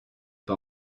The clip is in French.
pas